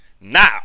Now